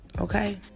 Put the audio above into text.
okay